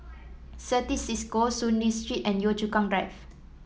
Certis Cisco Soon Lee Street and Yio Chu Kang Drive